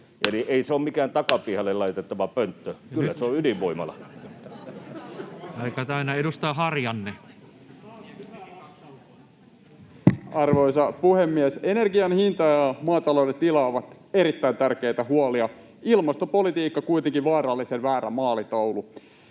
Eli ei se ole mikään takapihalle laitettava pönttö, kyllä se on ydinvoimala. [Naurua — Jukka Gustafsson: Taas hyvä vastaus!] Aika täynnä. — Edustaja Harjanne. Arvoisa puhemies! Energian hinta ja maatalouden tila ovat erittäin tärkeitä huolia — ilmastopolitiikka kuitenkin vaarallisen väärä maalitaulu.